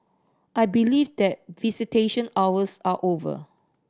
I believe that visitation hours are over